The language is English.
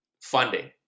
funding